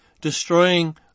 destroying